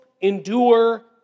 endure